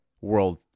world